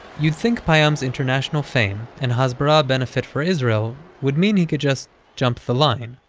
you'd think payam's international fame and hasbara benefit for israel would mean he could just jump the line.